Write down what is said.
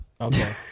Okay